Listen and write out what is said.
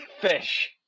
Fish